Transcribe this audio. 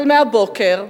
אבל מהבוקר,